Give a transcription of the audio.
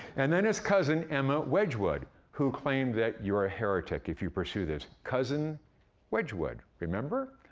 and then his cousin, emma wedgwood, who claimed that, you are a heretic if you pursue this. cousin wedgwood, remember?